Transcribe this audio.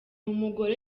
umugore